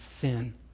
sin